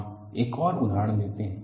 हम एक और उदाहरण लेते हैं